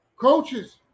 Coaches